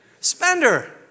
Spender